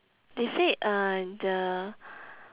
they said uh the